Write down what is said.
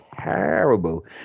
terrible